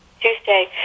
Tuesday